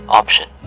option